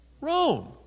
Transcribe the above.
Rome